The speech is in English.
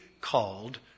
called